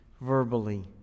verbally